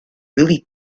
really